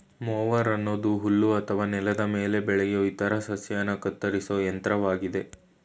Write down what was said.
mower ಅನ್ನೋದು ಹುಲ್ಲು ಅಥವಾ ನೆಲದ ಮೇಲೆ ಬೆಳೆಯೋ ಇತರ ಸಸ್ಯನ ಕತ್ತರಿಸೋ ಯಂತ್ರವಾಗಯ್ತೆ